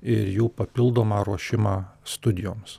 ir jų papildomą ruošimą studijoms